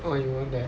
oh you weren't there